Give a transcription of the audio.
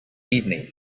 evening